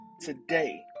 today